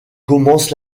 commence